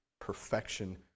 perfection